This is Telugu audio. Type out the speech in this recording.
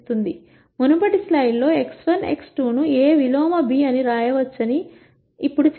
మునుపటి స్లైడ్లో x1 x2 ను A విలోమ బి అని వ్రాయవచ్చని ఇప్పుడు చెప్పాము